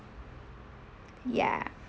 ya